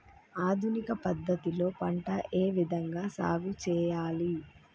ఆధునిక పద్ధతి లో పంట ఏ విధంగా సాగు చేయాలి?